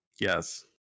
Yes